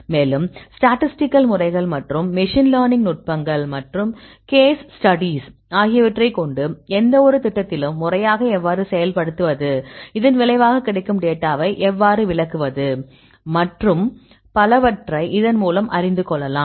மேலும் ஸ்டாடிஸ்டிக்கல் முறைகள் மற்றும் மெஷின் லேர்னிங் நுட்பங்கள் மற்றும் கேஸ் ஸ்டடீஸ் ஆகியவற்றைக் கொண்டு எந்தவொரு திட்டத்திலும் முறையாக எவ்வாறு செயல்படுத்துவது இதன் விளைவாக கிடைக்கும் டேட்டாவை எவ்வாறு விளக்குவது மற்றும் பலவற்றை இதன் மூலம் அறிந்து கொள்ளலாம்